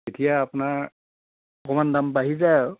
তেতিয়া আপোনাৰ অকণমান দাম বাঢ়ি যায় আৰু